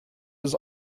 was